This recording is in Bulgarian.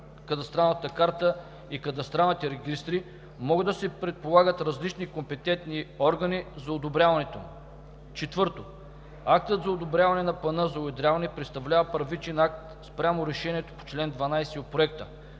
кадастралната карта и кадастралните регистри, могат да се предполагат различни компетентни органи за одобряването му. 4. Актът за одобряване на плана за уедряване представлява първичен акт спрямо решението по чл. 12 от Проекта,